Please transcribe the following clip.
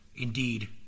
Indeed